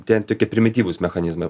ten tokie primityvūs mechanizmai